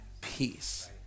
peace